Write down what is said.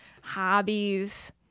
hobbies